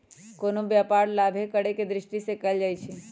कोनो व्यापार लाभे करेके दृष्टि से कएल जाइ छइ